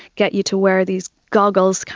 get you to wear these goggles,